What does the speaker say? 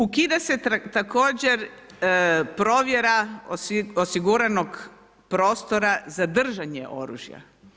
Ukida se također provjera osiguranog prostora za držanje oružja.